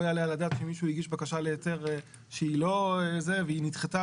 לא יעלה על הדעת שמישהו הגיש בקשה להיתר והיא נדחתה